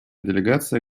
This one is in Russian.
делегация